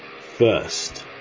First